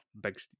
big